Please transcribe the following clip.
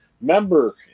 Member